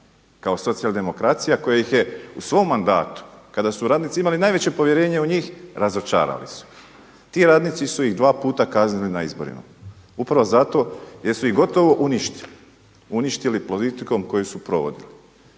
kao socijal-demokracija koja ih je u svom mandatu kada su radnici imali najveće povjerenje u njih razočarali su ih. Ti radnici su ih dva puta kaznili na izborima upravo zato jer su ih gotovo uništili, uništili politikom koju su provodili.